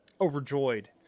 overjoyed